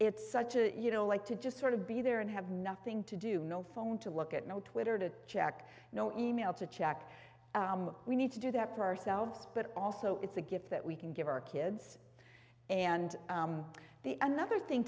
it's such a you know like to just sort of be there and have nothing to do no phone to look at no twitter to check no e mail to check we need to do that for ourselves but also it's a gift that we can give our kids and the another thing